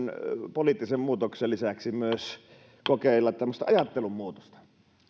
poliittisen muutoksen lisäksi myös kokeilla tämmöistä ajattelun muutosta